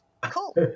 cool